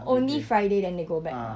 only friday then they go back